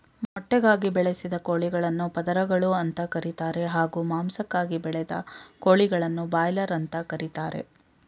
ಮೊಟ್ಟೆಗಾಗಿ ಬೆಳೆಸಿದ ಕೋಳಿಗಳನ್ನು ಪದರಗಳು ಅಂತ ಕರೀತಾರೆ ಹಾಗೂ ಮಾಂಸಕ್ಕಾಗಿ ಬೆಳೆದ ಕೋಳಿಗಳನ್ನು ಬ್ರಾಯ್ಲರ್ ಅಂತ ಕರೀತಾರೆ